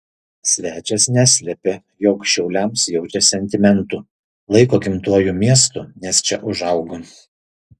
svečias neslėpė jog šiauliams jaučia sentimentų laiko gimtuoju miestu nes čia užaugo